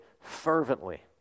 fervently